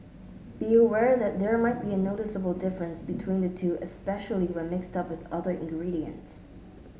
be aware that there might be a noticeable difference between the two especially when mixed up with other ingredients